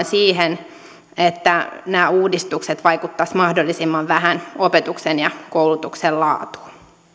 siihen että nämä uudistukset vaikuttaisivat mahdollisimman vähän opetuksen ja koulutuksen laatuun